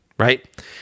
right